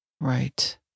Right